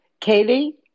Katie